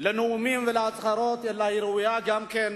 לנאומים והצהרות אלא היא ראויה גם לכך